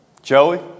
Joey